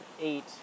eight